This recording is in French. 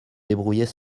débrouiller